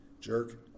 Jerk